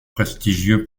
prestigieux